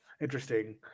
Interesting